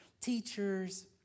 teachers